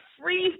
free